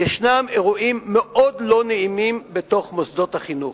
יש אירועים מאוד לא נעימים בתוך מוסדות החינוך,